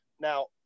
Now